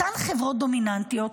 אותן חברות דומיננטיות,